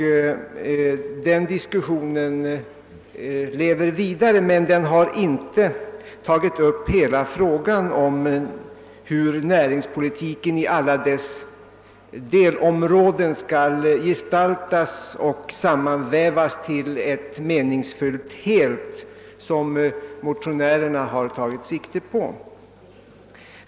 Denna diskussion går vidare men har alltså inte kommit att omspänna hela frågan om hur näringspolitiken på alla delområden skall gestaltas och sammanvävas till ett meningsfyllt helt, vilket motionärerna ju tagit sikte på.